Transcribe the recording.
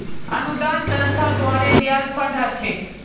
अनुदान संस्था द्वारे दियाल फण्ड ह छेक